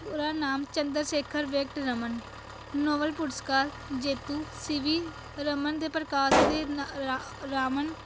ਪੂਰਾ ਨਾਮ ਚੰਦਰਸ਼ੇਖਰ ਵੈਂਕਟ ਰਮਨ ਨੋਵਲ ਪੁਰਸਕਾਰ ਜੇਤੂ ਸੀ ਵੀ ਰਮਨ ਦੇ ਪ੍ਰਕਾਸ਼ ਦੇ ਰਾ ਰਾਵਣ